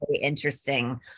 interesting